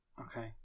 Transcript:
Okay